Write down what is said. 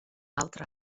altre